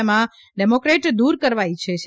તેમાં ડેમોક્રેટ દૂર કરવા ઇચ્છે છે